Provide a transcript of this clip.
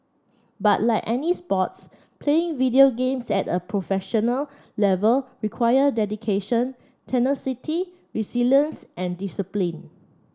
but like any sports playing video games at a professional level require dedication tenacity resilience and discipline